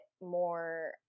more